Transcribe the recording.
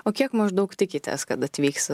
o kiek maždaug tikitės kad atvyks